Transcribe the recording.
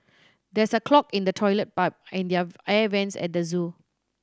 there is a clog in the toilet pipe and their air vents at the zoo